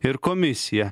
ir komisiją